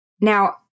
Now